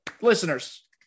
listeners